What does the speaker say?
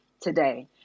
today